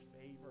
favor